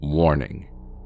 Warning